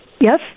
yes